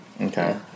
Okay